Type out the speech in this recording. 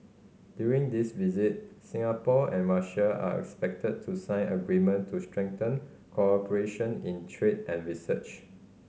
during this visit Singapore and Russia are expected to sign agreement to strengthen cooperation in trade and research